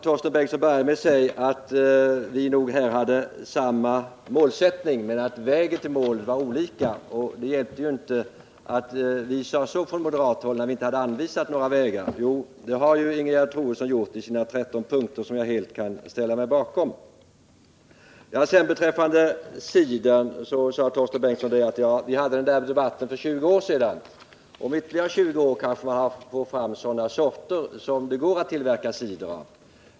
Torsten Bengtson började med att säga att vi nog hade samma mål men att vägarna till målet var olika samt att det inte hjälpte vad vi sade från moderat håll, eftersom vi inte hade anvisat några vägar. Jo, det har Ingegerd Troedsson gjort i sina 13 punkter, som jag helt kan ställa mig bakom. Torsten Bengtson sade att vi för 20 år sedan hade en debatt om cider. Om ytterligare 20 år kanske man kan få fram sådana äppelsorter som det går att tillverka cider av.